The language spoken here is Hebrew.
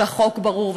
שהחוק ברור.